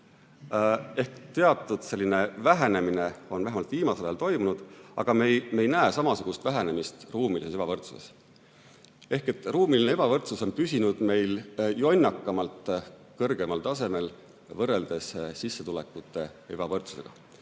et teatud vähenemine on vähemalt viimasel ajal toimunud, aga me ei näe samasugust vähenemist ruumilises ebavõrdsuses. Ehk ruumiline ebavõrdsus on püsinud meil jonnakamalt kõrgemal tasemel võrreldes sissetulekute ebavõrdsusega.